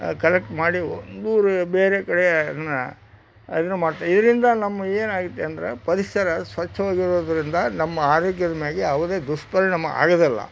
collect ಮಾಡಿ ಊರು ಬೇರೆ ಕಡೆ ಅದನ್ನ ಅದನ್ನ ಮಾಡ್ತೆ ಇದರಿಂದ ನಮ್ಗೆ ಏನಾಗುತ್ತೆ ಅಂದರೆ ಪರಿಸರ ಸ್ವಚ್ಛವಾಗಿರೋದರಿಂದ ನಮ್ಮ ಆರೋಗ್ಯದ ಮ್ಯಾಲೆ ಯಾವುದೇ ದುಷ್ಪರಿಣಾಮ ಆಗೋದಿಲ್ಲ